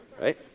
right